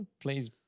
please